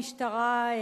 המשטרה,